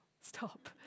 Stop